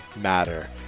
Matter